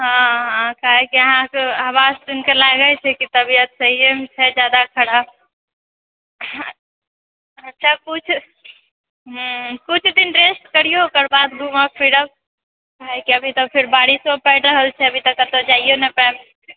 हाँ अहाँके हइ की अबाज सुनिके लागैत छै कि तबियत सहिएमे छै जादा खराब हँ अच्छा किछु हूँ किछु दिन रेस्ट करिऔ ओकर बाद घुमब फिरब अभी तऽ बारिसो पड़ि रहल छै अभी तऽ कतहुँ जाइयो नहि पाएब